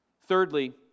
Thirdly